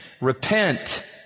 Repent